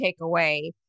takeaway